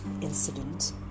incident